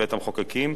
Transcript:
בית-המחוקקים,